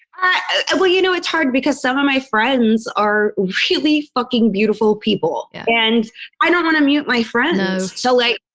well, you know, it's hard because some of my friends are really fucking beautiful people. yeah and i don't want to mute my friends so, like,